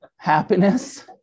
Happiness